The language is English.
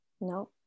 no